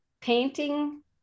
painting